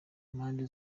impande